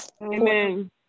Amen